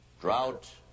drought